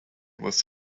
was